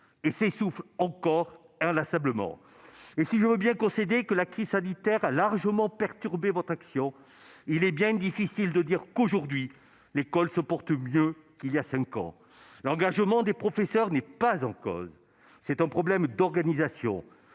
et s'essoufflent encore, inlassablement. Je veux bien concéder que la crise sanitaire a largement perturbé votre action. Mais il est bien difficile de dire qu'aujourd'hui l'école se porte mieux qu'il y a cinq ans. L'engagement des professeurs n'est pas en cause. C'est un problème d'organisation